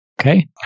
Okay